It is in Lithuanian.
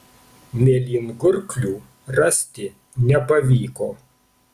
mėlyngurklių rasti nepavyko